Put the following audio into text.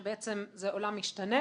שבעצם זה עולם משתנה,